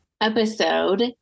episode